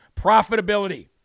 Profitability